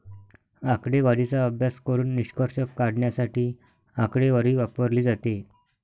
आकडेवारीचा अभ्यास करून निष्कर्ष काढण्यासाठी आकडेवारी वापरली जाते